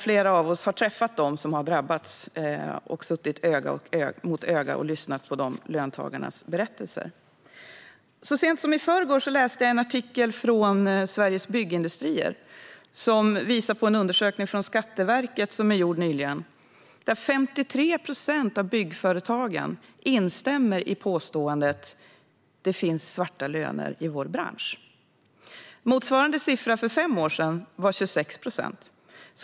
Flera av oss har också träffat löntagare som har drabbats, suttit öga mot öga med dem och lyssnat på deras berättelser. Så sent som i förrgår läste jag i en debattartikel från Sveriges Byggindustrier om en undersökning som Skatteverket nyligen har gjort. Enligt den instämmer 53 procent av byggföretagen i påståendet "svarta löner förekommer i vår bransch". Motsvarande siffra var för fem år sedan 26 procent.